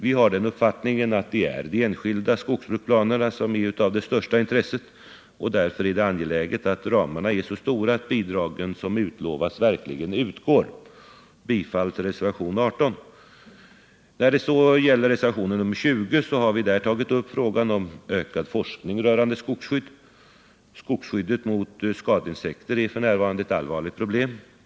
Vi har den uppfattningen att de enskilda skogsbruksplanerna är av största intresse, och därför är det angeläget att ramarna är så stora att bidragen som utlovas verkligen kan utgå. Jag yrkar bifall till reservationen 18. I reservationen 20 har vi tagit upp frågan om ökad forskning rörande skogsskydd. Skogsskyddet mot skadeinsekter är f. n. ett allvarligt problem.